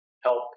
help